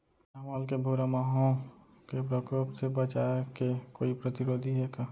चांवल के भूरा माहो के प्रकोप से बचाये के कोई प्रतिरोधी हे का?